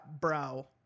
bro